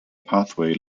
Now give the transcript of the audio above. pathway